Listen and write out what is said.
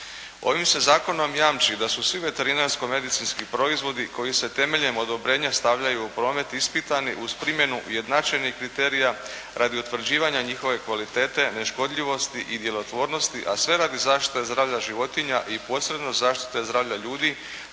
Ovim se zakonom jamči da su svi veterinarsko-medicinski proizvodi koji se temeljem odobrenja stavljaju u promet ispitani uz primjenu ujednačenih kriterija radi utvrđivanja njihove kvalitete, neškodljivosti i djelotvornosti, a sve radi zaštite zdravlja životinja i posebno zaštite zdravlja ljudi